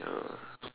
ya